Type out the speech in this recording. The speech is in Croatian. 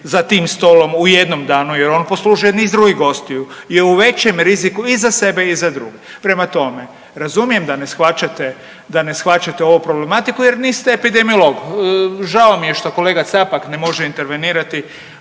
za tim stolom u jednom danu jer on poslužuje niz drugih gostiju je u većem riziku i za sebe i za druge. Prema tome, razumijem da ne shvaćate, da ne shvaćate ovu problematiku jer niste epidemiolog. Žao mi je što kolega Capak ne može intervenirati